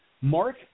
Mark